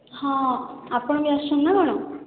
ହଁ ଆପଣ ବି ଆସୁଛନ୍ତି ନା କ'ଣ